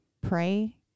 pray